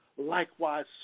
likewise